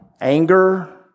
anger